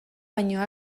baino